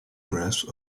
grasp